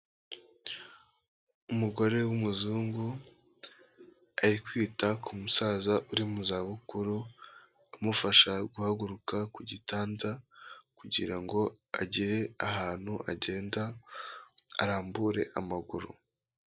Umugore w'umuzungu ari kwita ku musaza uri mu za bukuru amufasha guhaguruka ku gitanda kugira ngo agere ahantu agenda arambure amaguru.